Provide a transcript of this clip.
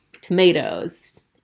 tomatoes